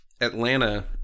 Atlanta